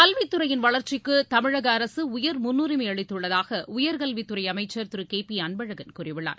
கல்வித்துறையின் வளர்ச்சிக்கு தமிழக அரசு உயர் முன்னுரிமை அளித்துள்ளதாக உயர்கல்வித்துறை அமைச்சர் திரு கே பி அன்பழகன் கூறியுள்ளார்